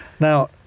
Now